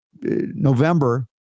November